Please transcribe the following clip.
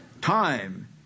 Time